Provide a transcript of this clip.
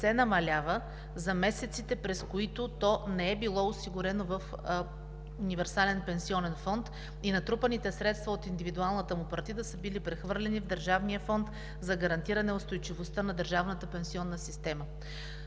се намалява за месеците, през които то не е било осигурено в универсален пенсионен фонд, и натрупаните средства от индивидуалната му партида са били прехвърлени в Държавния фонд за гарантиране устойчивостта на държавната пенсионна система.